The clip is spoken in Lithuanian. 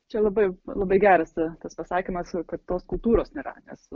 čia labai labai geras tas pasakymas kad tos kultūros nėra nes